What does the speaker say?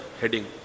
heading